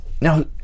now